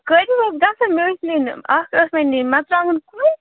خٲلی حظ گژھَن مےٚ ٲسۍ نِنۍ اَکھ ٲسۍ مےٚ نِنۍ مرژٕوانگَن کُلۍ